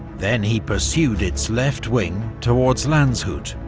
then he pursued its left wing towards landshut,